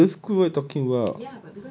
C_H_I_J is girls' school what are you talking about